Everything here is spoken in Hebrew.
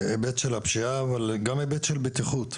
היבט הפשיעה, אבל גם היבט של בטיחות.